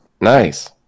Nice